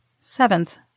Seventh